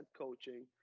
coaching